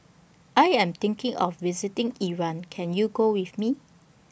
I Am thinking of visiting Iran Can YOU Go with Me